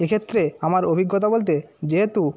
এক্ষেত্রে আমার অভিজ্ঞতা বলতে যেহেতু